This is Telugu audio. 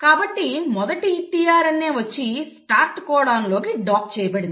కాబట్టి మొదటి tRNA వచ్చి స్టార్ట్ కోడాన్లోకి డాక్ చేయబడింది